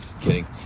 kidding